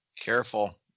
careful